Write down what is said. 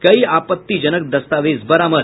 कई आपत्तिजनक दस्तावेज बरामद